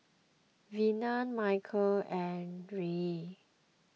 Vina Michel and Ryne